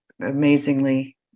amazingly